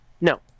no